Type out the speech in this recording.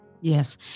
Yes